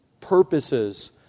purposes